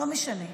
לא משנה.